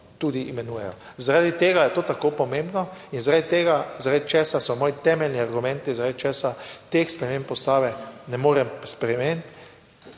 tudi imenujejo. Zaradi tega je to tako pomembno in zaradi tega, zaradi česar so moji temeljni argumenti, zaradi česa teh sprememb Ustave ne morem spremeniti.